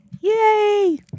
Yay